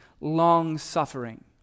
long-suffering